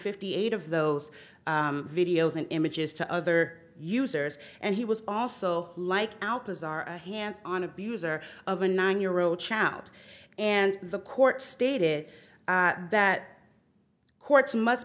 fifty eight of those videos and images to other users and he was also like out as our hands on abuser of a nine year old child and the court stated that courts must